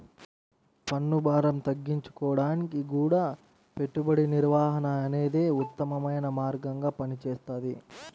పన్నుభారం తగ్గించుకోడానికి గూడా పెట్టుబడి నిర్వహణ అనేదే ఉత్తమమైన మార్గంగా పనిచేస్తది